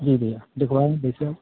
जी भैया दिखाएँ जैसे हम